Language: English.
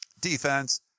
defense